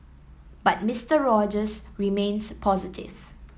but Mister Rogers remains positive